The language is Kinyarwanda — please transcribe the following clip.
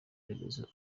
remezo